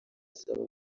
asaba